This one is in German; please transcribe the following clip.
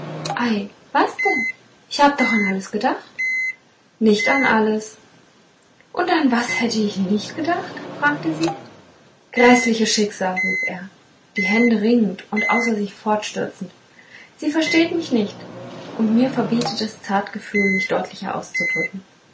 was denn ich habe doch an alles gedacht nicht an alles und an was hätte ich nicht gedacht fragte sie gräßliches schicksal rief er die hände ringend und außer sich fortstürzend sie versteht mich nicht und mir verbietet das zartgefühl mich deutlicher auszudrücken